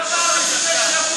החוק עבר לפני שבוע.